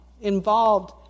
involved